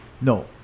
no